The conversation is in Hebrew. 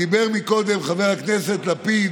דיבר קודם חבר הכנסת לפיד.